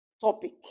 topic